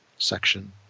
Section